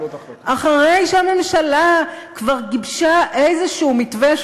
אחרי שהממשלה כבר גיבשה מתווה כלשהו,